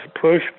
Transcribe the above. push